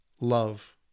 love